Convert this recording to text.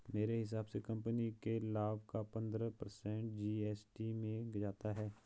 मेरे हिसाब से कंपनी के लाभ का पंद्रह पर्सेंट जी.एस.टी में जाता है